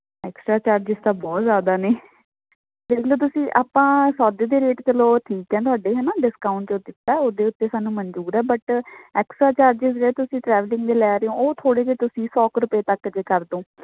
extra charges ਤਾਂ ਬਹੁਤ ਜ਼ਿਆਦਾ ਨੇ ਦੇਖ ਲਓ ਤੁਸੀਂ ਆਪਾਂ ਸੌਦੇ ਦੇ ਰੇਟ ਚਲੋ ਠੀਕ ਹੈ ਤੁਹਾਡੇ ਹੈ ਨਾ ਡਿਸਕਾਊਂਟ ਜੋ ਦਿੱਤਾ ਉਹਦੇ ਉੱਤੇ ਸਾਨੂੰ ਮਨਜ਼ੂਰ ਹੈ ਬਟ ਐਕਸਟਰਾ ਚਾਰਜਿਜ ਜਿਹੜਾ ਤੁਸੀਂ ਟਰੈਵਲਿੰਗ ਦੇ ਲੈ ਰਹੇ ਓਂ ਉਹ ਥੋੜ੍ਹੇ ਜਿਹੇ ਤੁਸੀਂ ਸੌ ਕੁ ਰੁਪਏ ਤੱਕ ਜੇ ਕਰ ਦਿਓ